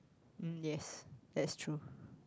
mm yes that's true